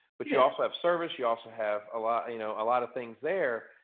but you also have service you also have a lot you know a lot of things there,